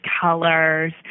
colors